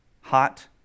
hot